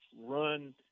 run –